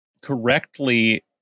correctly